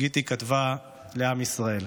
גיטי כתבה לעם ישראל: